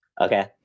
Okay